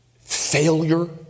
failure